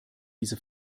diese